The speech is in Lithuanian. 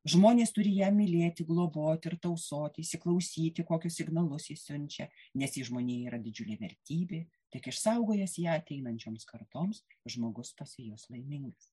žmonės turi ją mylėti globoti ir tausoti įsiklausyti kokius signalus ji siunčia nes ji žmonijai yra didžiulė vertybė tik išsaugojęs ją ateinančioms kartoms žmogus pasijus laimingas